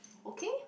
okay